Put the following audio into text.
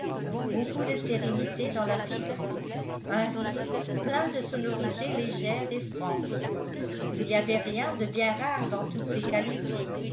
beaucoup de sérénité dans la figure un rire plein de sonorité légère et franche il n'y avait rien de bien rare dans toutes ces qualités